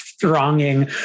thronging